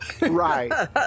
Right